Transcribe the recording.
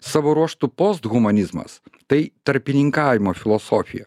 savo ruožtu post humanizmas tai tarpininkavimo filosofija